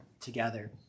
together